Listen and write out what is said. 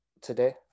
today